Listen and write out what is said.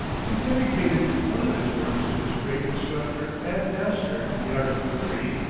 he dedicated one of his works to his great instructor and master in the art of cookery,